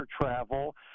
travel